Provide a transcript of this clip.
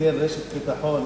תיתן רשת ביטחון